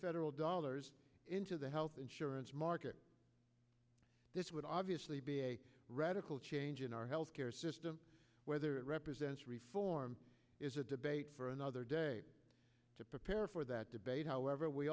federal dollars into the health insurance market this would obviously be a radical change in our health care system whether it represents reform is a debate for another day to prepare for that debate however we